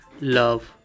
love